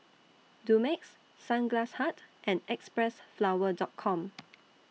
Dumex Sunglass Hut and Xpressflower Doll Com